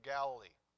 Galilee